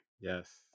Yes